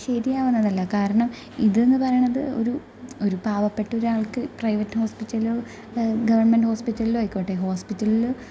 ശരിയാവണതല്ല കാരണം ഇത്ന്ന് പറയണത് ഒരു ഒരു പാവപ്പെട്ടൊരാൾക്ക് പ്രൈവറ്റ് ഹോസ്പിറ്റലിലോ ഗവണ്മെന്റ് ഹോസ്പിറ്റലിലോ ആയിക്കോട്ടെ ഹോസ്പിറ്റൽല്